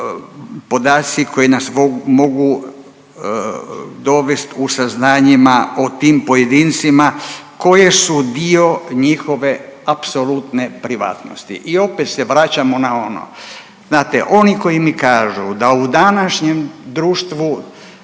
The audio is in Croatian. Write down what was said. podaci koji nas mogu dovest u saznanjima o tim pojedincima koje su dio njihove apsolutne privatnosti. I opet se vraćamo na ono, znate oni koji mi kažu da u današnjem društvu